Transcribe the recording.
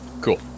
Cool